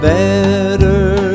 better